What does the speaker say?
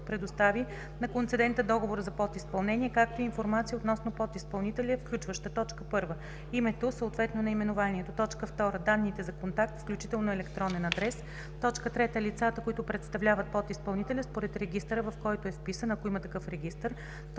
предостави на концедента договора за подизпълнение, както и информация относно подизпълнителя, включваща: 1. името, съответно наименованието; 2. данните за контакт, включително електронен адрес; 3. лицата, които представляват подизпълнителя според регистъра, в който е вписан, ако има такъв регистър;